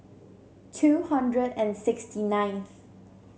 two hundred and sixty ninth